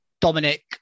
Dominic